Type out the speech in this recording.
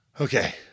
Okay